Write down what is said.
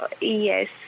Yes